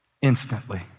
instantly